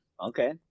okay